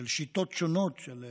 של שיטות שונות של חיים,